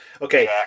Okay